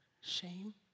Shame